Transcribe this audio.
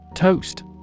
Toast